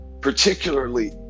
Particularly